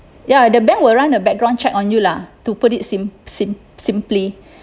ya the bank will run a background check on you lah to put it sim~ sim~ simply